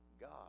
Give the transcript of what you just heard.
God